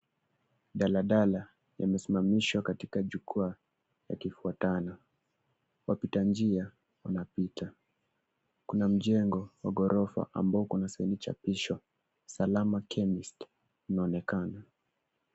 Daladala imesimamishwa katika jukwaa yakifuatana. Wapita njia wanapita. Kuna mjengo wa ghorofa ambao uko na saini chapishwa, Salama Chemist, inaonekana.